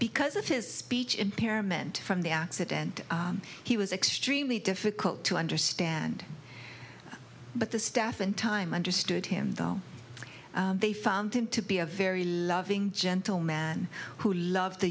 because of his speech impairment from the accident he was extremely difficult to understand but the staff and time understood him though they found him to be a very loving gentle man who loved t